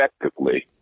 effectively